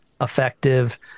effective